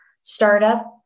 startup